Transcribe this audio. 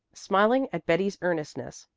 smiling at betty's earnestness,